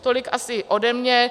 Tolik asi ode mě.